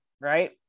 right